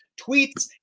tweets